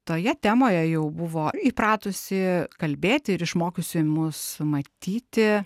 toje temoje jau buvo įpratusi kalbėti ir išmokiusi mus matyti